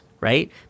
right